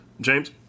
James